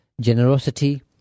generosity